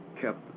kept